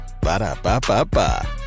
Ba-da-ba-ba-ba